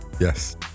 Yes